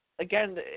Again